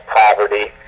poverty